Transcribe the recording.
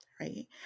right